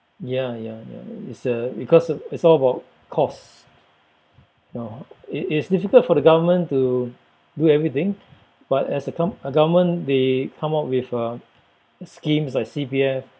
ya ya ya it's uh because it it's all about costs no it it's difficult for the government to do everything but as a com~ a government they come up with uh schemes like C_P_F